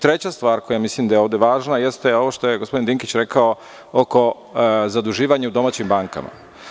Treća stvar, koja mislim da je ovde važna, jeste ovo što je gospodin Dinkić rekao oko zaduživanja u domaćim bankama.